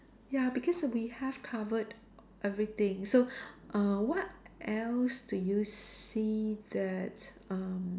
ya because we have covered everything so err what else do you see that um